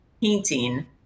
painting